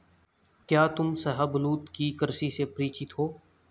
क्या तुम शाहबलूत की कृषि से परिचित हो?